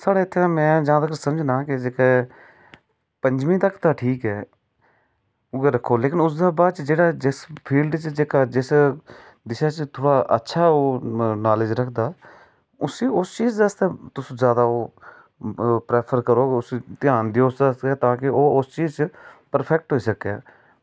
साढ़े इत्थां दा में जित्थें तगर समझना कि पं'जियें तक्क ते ठीक ऐ उ'ऐ दिक्खो ते इसदे बाद फील्ड च जेह्का जिसदे अच्छा ओह् नॉलेज़ रखदा उसी इस चीज़ै आस्तै जादा ओह् प्रेफर करग उसी ध्यान देग ताकी ओह् उस चीज़ च परफैक्ट होई सकै